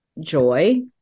joy